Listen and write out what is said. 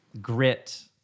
grit